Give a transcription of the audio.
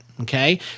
okay